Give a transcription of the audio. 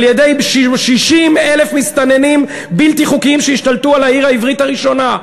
על-ידי 60,000 מסתננים בלתי חוקיים שהשתלטו על העיר העברית הראשונה.